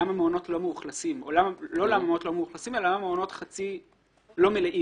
למה מעונות לא מאוכלסים או לא למה לא מאוכלסים אלא למה מעונות לא מלאים.